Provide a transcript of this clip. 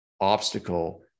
obstacle